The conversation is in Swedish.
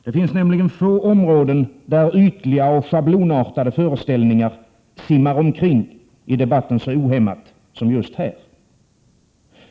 Det finns nämligen få områden där ytliga och schablonartade föreställningar simmar omkring i debatten så ohämmat som just här.